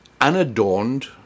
unadorned